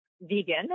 vegan